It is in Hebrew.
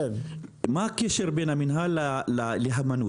מה הקשר בין המינהל להימנותא?